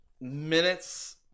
minutes